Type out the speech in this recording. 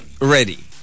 ready